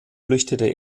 flüchtete